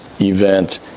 event